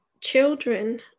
children